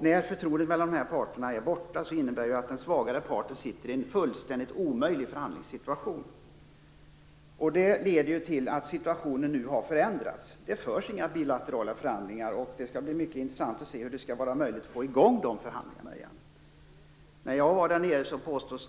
När förtroendet mellan dessa parter är borta hamnar den svagare parten i en fullständigt omöjlig förhandlingssituation. Det leder till att läget nu är förändrat. Det förs inga bilaterala förhandlingar. Det skall bli mycket intressant att se hur det är möjligt att få i gång förhandlingarna igen. När jag var där nere skulle USA, påstods